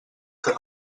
que